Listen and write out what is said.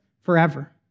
forever